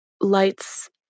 lights